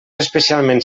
especialment